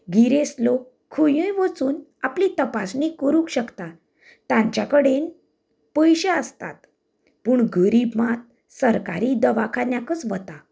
गिरेस्त लोक खंयूय वचून आपली तपासणी करूंक शकतात तांच्या कडेन पयशें आसतात पूण गरीब मात सरकारी दवाखान्यांतच वता